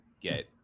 get